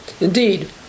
Indeed